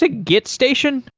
ah get station?